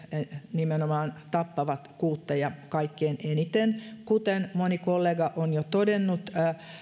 nimenomaan tappavat kuutteja kaikkein eniten kuten moni kollega on jo todennut